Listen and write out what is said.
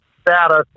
status